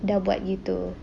dah buat gitu